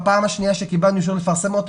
בפעם השנייה שקיבלנו אישור לפרסם אותו,